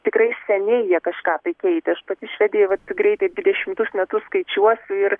tikrai seniai jie kažką tai keitė aš pati švedijoj greitai dvidešimtus metus skaičiuosiu ir